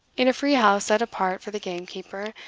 in a free house set apart for the gamekeeper,